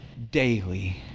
Daily